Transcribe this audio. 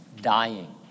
dying